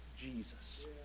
Jesus